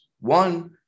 One